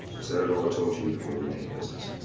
i said i'd rather talk to you before doing any business.